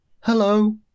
hello